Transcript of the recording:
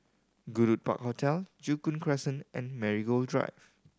Goodwood Park Hotel Joo Koon Crescent and Marigold Drive